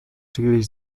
příliš